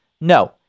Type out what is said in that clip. No